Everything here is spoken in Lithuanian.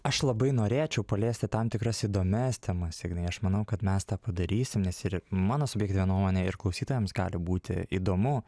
aš labai norėčiau paliesti tam tikras įdomias temas ignai aš manau kad mes tą padarysim nes ir mano subjektyvia nuomone ir klausytojams gali būti įdomu